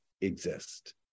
exist